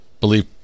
believe